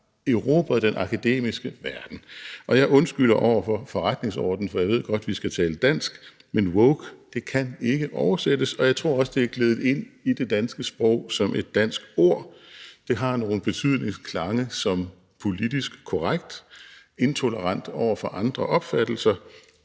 erobret den akademiske verden. Jeg undskylder over for forretningsordenen, for jeg ved godt, at vi skal tale dansk, men »woke« kan ikke oversættes, og jeg tror også, at det er gledet ind i det danske sprog som et dansk ord. Det har nogle betydningsklange som: politisk korrekt, intolerant over for andre opfattelser